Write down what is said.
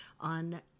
on